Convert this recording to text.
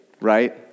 right